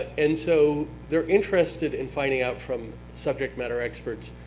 and so they're interested in finding out from subject matter experts,